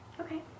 Okay